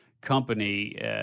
company